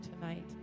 tonight